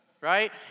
right